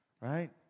right